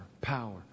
power